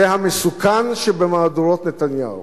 זה המסוכן שבמהדורות נתניהו.